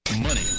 Money